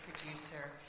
producer